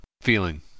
feeling